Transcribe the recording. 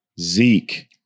Zeke